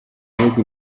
bihugu